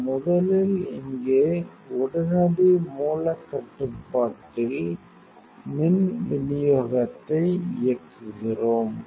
நாம் முதலில் இங்கே உடனடி மூலக் கட்டுப்பாட்டில் மின் விநியோகத்தை இயக்குகிறோம்